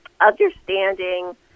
understanding